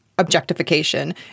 objectification